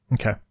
Okay